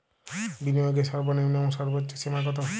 বিনিয়োগের সর্বনিম্ন এবং সর্বোচ্চ সীমা কত?